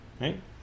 right